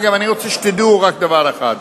אגב, אני רוצה שתדעו רק דבר אחד: